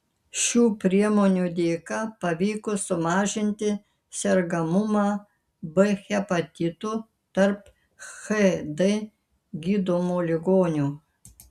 šių priemonių dėka pavyko sumažinti sergamumą b hepatitu tarp hd gydomų ligonių